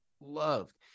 loved